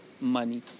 money